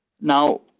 Now